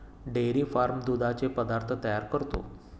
dairy farm दुधाचे पदार्थ तयार करतो